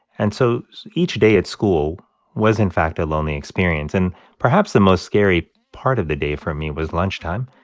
and so each day at school was, in fact, a lonely experience, and perhaps the most scary part of the day for me was lunchtime,